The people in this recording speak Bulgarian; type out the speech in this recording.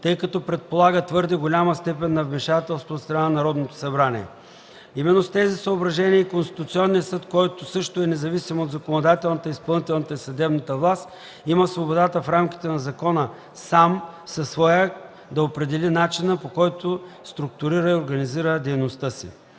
тъй като предполага твърде голяма степен на вмешателство от страна на Народното събрание. Именно с тези съображения и Конституционният съд, който също е независим от законодателната, изпълнителната и съдебната власт, има свободата, в рамките на закона, сам със свой акт да определени начина, по който структурира и организира дейността си.